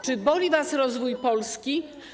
Czy boli was rozwój Polski?